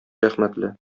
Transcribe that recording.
рәхмәтле